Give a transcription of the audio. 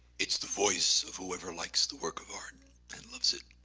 it's the voice of whoever likes the work of art and loves it.